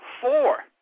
four